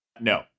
No